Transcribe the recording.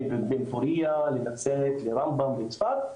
בפורייה, נצרת, רמב"ם, צפת,